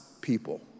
people